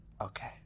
Okay